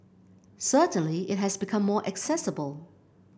certainly it has become more accessible